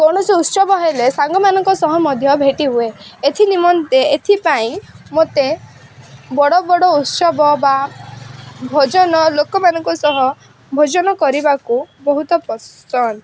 କୌଣସି ଉତ୍ସବ ହେଲେ ସାଙ୍ଗମାନଙ୍କ ସହ ମଧ୍ୟ ଭେଟି ହୁଏ ଏଥି ନିମନ୍ତେ ଏଥିପାଇଁ ମୋତେ ବଡ଼ ବଡ଼ ଉତ୍ସବ ବା ଭୋଜନ ଲୋକମାନଙ୍କ ସହ ଭୋଜନ କରିବାକୁ ବହୁତ ପସନ୍ଦ